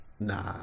Nah